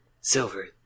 Silver